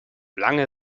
lange